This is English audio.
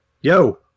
Yo